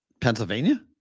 Pennsylvania